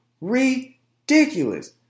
ridiculous